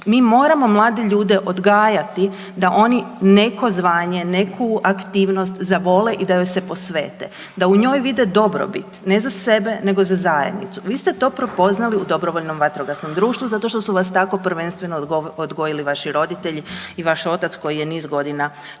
Mi moramo mlade ljude odgajati da oni neko zvanje, neku aktivnost zavole i da joj se posvete, da u njoj vide dobrobit ne za sebe nego za zajednicu. Vi ste to prepoznali u dobrovoljnom vatrogasnom društvu zašto što su vas tako prvenstveno odgojili vaši roditelji i vaš otac koji je niz godina